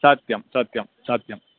सत्यं सत्यं सत्यम्